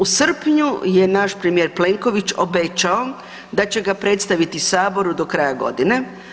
U srpnju je naš premijer Plenković obećao da će ga predstaviti saboru do kraja godine.